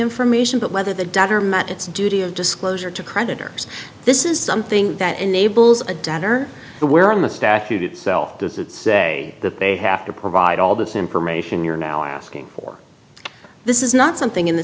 information but whether the debtor met its duty of disclosure to creditors this is something that enables a debtor the where on the statute itself does it say that they have to provide all this information you're now asking for this is not something in the